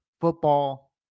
football